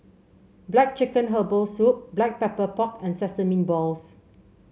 black chicken Herbal Soup Black Pepper Pork and Sesame Balls